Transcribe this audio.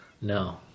No